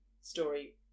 story